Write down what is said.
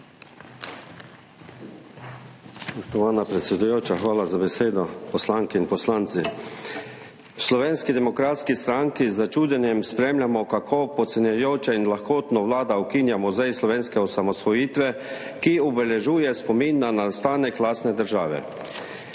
hvala za besedo. Poslanke in poslanci! V Slovenski demokratski stranki z začudenjem spremljamo, kako podcenjujoče in lahkotno Vlada ukinja Muzej slovenske osamosvojitve, ki obeležuje spomin na nastanek lastne države.